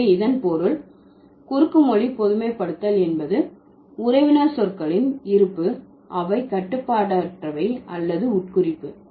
எனவே இதன் பொருள் குறுக்கு மொழி பொதுமைப்படுத்தல் என்பது உறவினர் சொற்களின் இருப்பு அவை கட்டுப்பாடற்றவை அல்லது உட்குறிப்பு